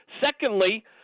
Secondly –